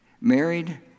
married